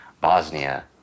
Bosnia